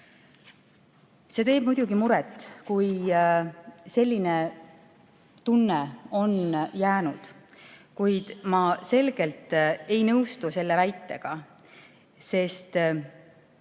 See teeb muidugi muret, kui selline tunne on jäänud. Kuid ma mingil juhul ei nõustu selle väitega, sest